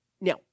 Now